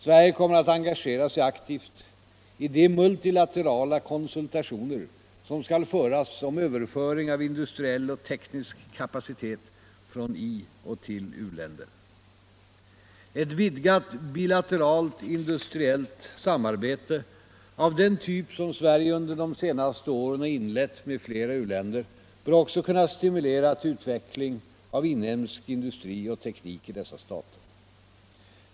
Sverige kommer att engagera sig aktivt i de multilaterala konsultationer som skall föras om överföring av industriell och teknisk kapacitet från itill u-länder. Ett vidgat bilateralt industriellt samarbete av den typ som Sverige under de senaste åren har inlett med flera u-länder bör också kunna stimulera utveckling av inhemsk industri och teknik i dessa stater.